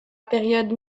période